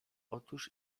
otóż